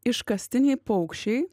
iškastiniai paukščiai